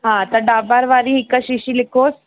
हा त डॉबर वारी हिकु शीशी लिखोसि